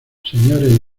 señores